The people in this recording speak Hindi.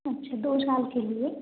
अच्छा दो साल के लिए